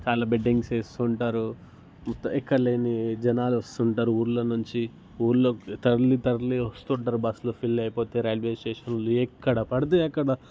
చాలా బెట్టింగ్స్ వేస్తు ఉంటారు ఎక్కడ లేని జనాలు వస్తుంటారు ఉళ్ళలో నుంచి ఊళ్ళో తరలి తరలి వస్తుంటారు బస్సులు ఫుల్ అయిపోతే రైల్వే స్టేషన్ ఎక్కడ పడితే అక్కడ